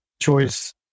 choice